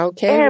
Okay